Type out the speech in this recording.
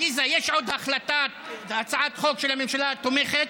עליזה, יש עוד הצעת חוק שהממשלה תומכת?